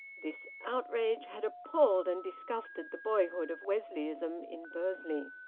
this outrage had appalled and disgusted the boyhood of wesleyanism in bursley.